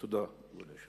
תודה, אדוני היושב-ראש.